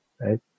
right